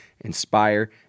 inspire